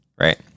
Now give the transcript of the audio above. right